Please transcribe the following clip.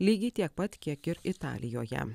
lygiai tiek pat kiek ir italijoje